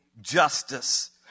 justice